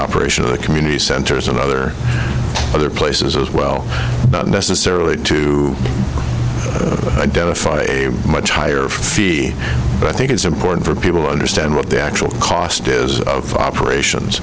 operation of the community centers and other other places as well necessarily to identify a much higher fee but i think it's important for people to understand what the actual cost is of operations